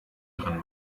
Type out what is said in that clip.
dran